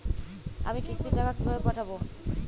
আমি কিস্তির টাকা কিভাবে পাঠাব?